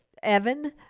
Evan